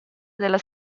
della